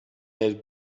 had